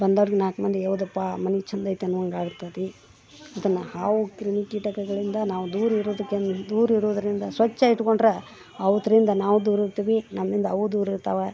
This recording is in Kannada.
ಬಂದವ್ರು ನಾಲ್ಕು ಮಂದಿ ಹೌದಪ್ಪಾ ಮನೆ ಚಂದ ಐತಿ ಅನ್ನುವಂಗೆ ಆಗ್ತದೆ ಇದನ್ನ ಹಾವು ಕ್ರಿಮಿ ಕೀಟಗಳಿಂದ ನಾವು ದೂರ ಇರೋದಕೆಂದು ದೂರ ಇರೋದ್ರಿಂದ ಸ್ವಚ್ಚ ಇಟ್ಕೊಂಡ್ರೆ ಅವರಿಂದ ನಾವು ದೂರ ಇರ್ತವಿ ನಮ್ಮಿಂದ ಅವು ದೂರ ಇರ್ತಾವೆ